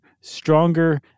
stronger